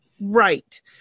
right